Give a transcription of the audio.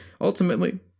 ultimately